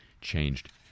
changed